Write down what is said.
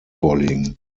vorlegen